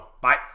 bye